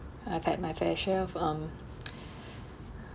I've had my fair share of um